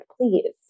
please